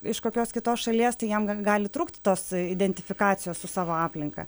iš kokios kitos šalies tai jam gali trūkti tos identifikacijos su savo aplinka